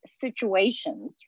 situations